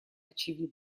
очевидна